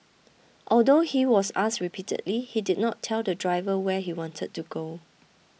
although he was asked repeatedly he did not tell the driver where he wanted to go